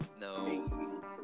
No